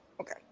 okay